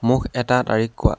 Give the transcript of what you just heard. মোক এটা তাৰিখ কোৱা